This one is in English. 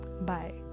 Bye